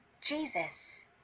Jesus